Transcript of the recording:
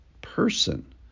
person